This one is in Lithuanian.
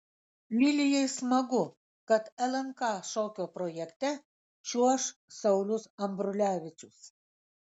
lilijai smagu kad lnk šokio projekte čiuoš saulius ambrulevičius